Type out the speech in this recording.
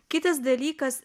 kitas dalykas